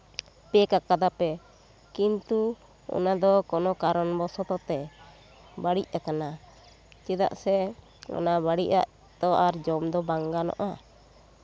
ᱯᱮᱠ ᱠᱟᱫᱟᱯᱮ ᱠᱤᱱᱛᱩ ᱚᱱᱟ ᱫᱚ ᱠᱳᱱᱳ ᱠᱟᱨᱚᱱ ᱵᱚᱥᱚᱛᱚ ᱛᱮ ᱵᱟ ᱲᱤᱡ ᱠᱟᱱᱟ ᱪᱮᱫᱟᱜ ᱥᱮ ᱚᱱᱟ ᱵᱟᱹᱲᱤᱡᱼᱟᱜ ᱫᱚ ᱟᱨ ᱡᱚᱢ ᱫᱚ ᱵᱟᱝ ᱜᱟᱱᱚᱜᱼᱟ